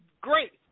great